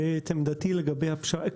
בבקשה.